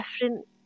different